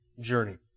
journey